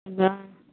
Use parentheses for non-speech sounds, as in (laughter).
(unintelligible)